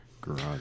Garage